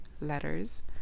letters